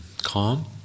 calm